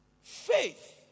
faith